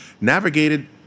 navigated